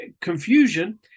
confusion